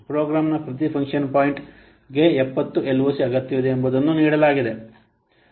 ಪ್ರೋಗ್ರಾಂನ ಪ್ರತಿ ಫಂಕ್ಷನ್ ಪಾಯಿಂಟ್ಗೆ 70 LOC ಅಗತ್ಯವಿದೆ ಎಂಬುದನ್ನು ನೀಡಲಾಗಿದೆ